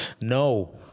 No